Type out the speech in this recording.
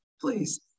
Please